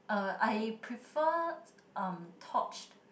uh I prefer um torched